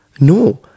no